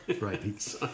right